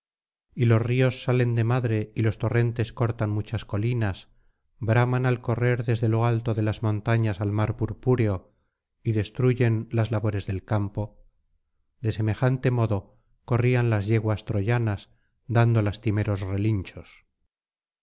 y los ríos salen de madre y los torrentes cortan muchas colinas braman al correr desde lo alto de las montañas al mar purpúreo y destruyen las labores del campo de semejante modo corrían las yeguas troyanas dando lastimeros relinchos